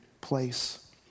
place